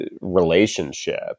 relationship